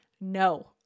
no